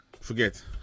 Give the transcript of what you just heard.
forget